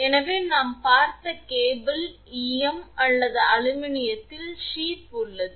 எனவே நாம் பார்த்த கேபிள் ஈயம் அல்லது அலுமினியத்தில் சீத் உள்ளது